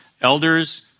elders